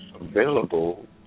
available